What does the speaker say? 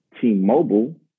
T-Mobile